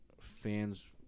fans